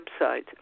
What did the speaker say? website